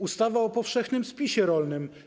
Ustawa o powszechnym spisie rolnym.